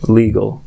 legal